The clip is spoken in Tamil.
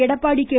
எடப்பாடி கே